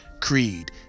creed